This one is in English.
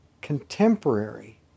contemporary